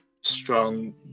strong